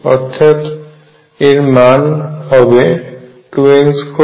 অর্থাৎ এর মান আমরা পাব 2n2 2n2n